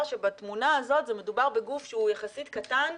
שבתמונה הזאת מדובר בגוף שהוא יחסית קטן,